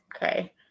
Okay